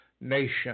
nation